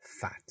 fat